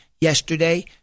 yesterday